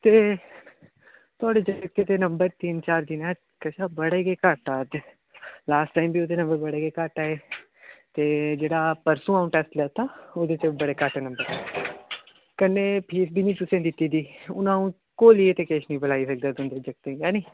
ते थुआढ़े जागतै दे नंबर तिन्न चार दिनां कशा बड़े गै घट्ट आ दे लास्ट टाईम बी एह्दे नंबर बड़े गै घट्ट आए हे ते जेह्ड़ा परसूं अ'ऊं टैस्ट लैता ओह्दे च बी बड़े घट्ट नंबर आए कन्नै फीस बी निं तुसें दित्ती दी हून अ'ऊं घोलियै ते किश निं पलाई सकदा तुं'दे जागतै गी ऐ निं